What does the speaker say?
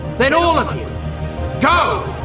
then all of you go!